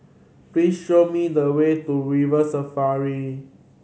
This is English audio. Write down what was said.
please show me the way to River Safari